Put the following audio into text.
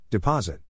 Deposit